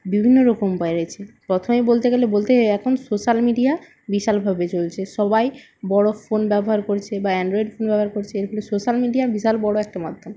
বিভিন্ন রকম উপায় রয়েছে প্রথমেই বলতে গেলে বলতে হয় এখন সোশ্যাল মিডিয়া বিশালভাবে চলছে সবাই বড় ফোন ব্যবহার করছে বা অ্যাণ্ড্রয়েড ফোন ব্যবহার করছে এগুলো সোশ্যাল মিডিয়ার বিশাল বড় একটা মাধ্যম